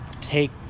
take